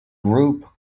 group